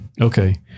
Okay